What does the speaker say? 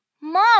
Mom